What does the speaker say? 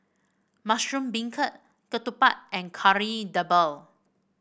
Mushroom Beancurd ketupat and Kari Debal